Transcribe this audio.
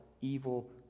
evil